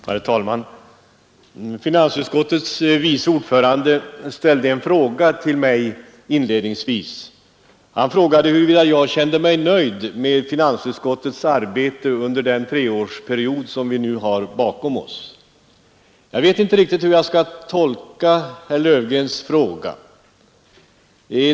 Herr talman! Finansutskottets vice ordförande ställde inledningsvis en fråga till mig. Han frågade huruvida jag kände mig nöjd med finansutskottets arbete under den treårsperiod som vi nu har bakom oss. Jag vet inte hur jag skall tolka herr Löfgrens fråga.